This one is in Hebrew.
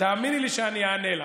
תאמיני לי שאני אענה לך.